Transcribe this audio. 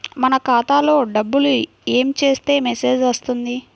మన ఖాతాలో డబ్బులు ఏమి చేస్తే మెసేజ్ వస్తుంది?